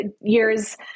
years